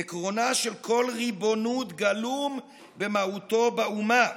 עקרונה של כל ריבונות גלום במהותו באומה.